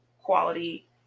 quality